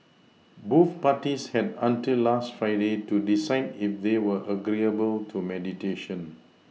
both parties had until last Friday to decide if they were agreeable to mediation